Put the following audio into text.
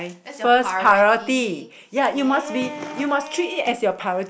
that's your priority ya